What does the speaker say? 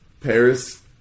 Paris